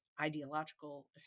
ideological